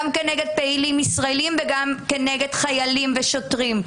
אלא גם נגד פעילים ישראלים וגם נגד חיילים ושוטרים.